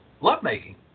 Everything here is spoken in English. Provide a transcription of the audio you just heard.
lovemaking